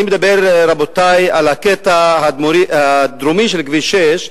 אני מדבר, רבותי, על הקטע הדרומי של כביש 6,